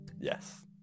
Yes